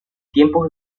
tiempos